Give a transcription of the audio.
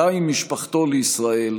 עלה עם משפחתו לישראל,